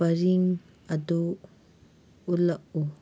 ꯄꯔꯤꯡ ꯑꯗꯨ ꯎꯠꯂꯛꯎ